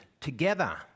together